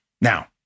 Now